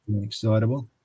Excitable